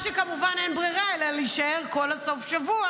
מה שכמובן אין ברירה אלא להישאר כל סוף השבוע.